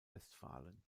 westfalen